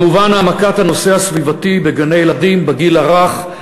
כמובן, העמקת הנושא הסביבתי בגני-ילדים, לגיל הרך,